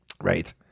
Right